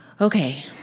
Okay